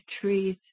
trees